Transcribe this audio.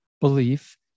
belief